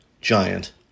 giant